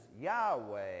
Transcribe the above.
Yahweh